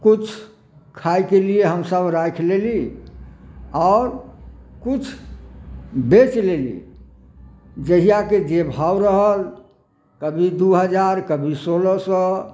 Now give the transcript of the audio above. किछु खाइके लिए हमसब राखि लेली आओर किछु बेच लेली जहियाके जे भाव रहल कभी दू हजार कभी सोलह सए